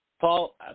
Paul